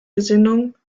gesinnung